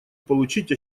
получить